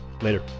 Later